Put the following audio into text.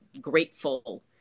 grateful